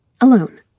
alone